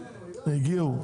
הגיעו.